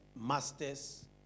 masters